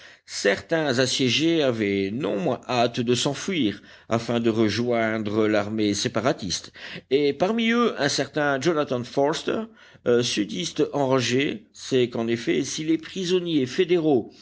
certains assiégés avaient non moins hâte de s'enfuir afin de rejoindre l'armée séparatiste et parmi eux un certain jonathan forster sudiste enragé c'est qu'en effet si les prisonniers fédéraux